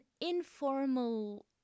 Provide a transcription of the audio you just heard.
informal